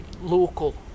local